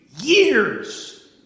years